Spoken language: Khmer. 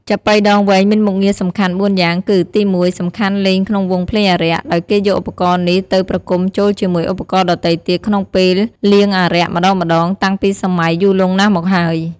ចាប៉ីដងវែងមានមុខងារសំខាន់ ៤យ៉ាងគឺ ទី១ សំខាន់លេងក្នុងវង់ភ្លេងអារក្ស ដោយគេយកឧបករណ៍នេះទៅប្រគំចូលជាមួយឧបករណ៍ដទៃទៀតក្នុងពេលលៀងអារក្សម្ដងៗ តាំងពីសម័យយូរលង់ណាស់មកហើយ។